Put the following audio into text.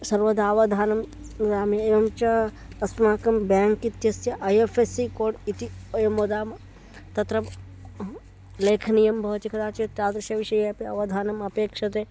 सर्वदा अवधानम् ददामि एवं च अस्माकं ब्याङ्क् इत्यस्य I F S C code इति वयं वदामः तत्र लेखनीयं भवति कदाचित् तादृशविषये अपि अवधानम् अपेक्ष्यते